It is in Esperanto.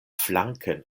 flanken